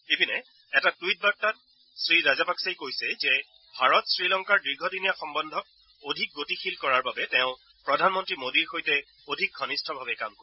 ইপিনে এটা টুইট বাৰ্তাত শ্ৰীৰাজাপাকচেই কৈছে যে ভাৰত শ্ৰীলংকাৰ দীৰ্ঘদিনীয়া সম্বন্ধক অধিক গতিশীল কৰাৰ বাবে তেওঁ প্ৰধানমন্ত্ৰী মোদীৰ সৈতে অধিক ঘনিষ্ঠভাৱে কাম কৰিব